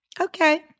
Okay